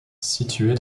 situées